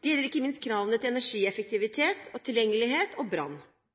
Det gjelder ikke minst kravene til energieffektivitet, tilgjengelighet og brann.